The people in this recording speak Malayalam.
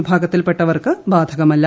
വിഭാഗ ത്തിൽപ്പെട്ടവർക്ക് ബാധകമല്ല